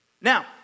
Now